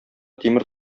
тимер